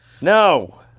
No